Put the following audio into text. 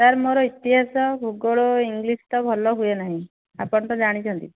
sir ମୋର ଇତିହାସ ଭୂଗୋଳ ଇଂଲିଶ ତ ଭଲ ହୁଏ ନାହିଁ ଆପଣ ତ ଜାଣିଛନ୍ତି